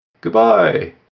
Goodbye